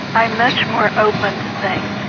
i'm much more open to things.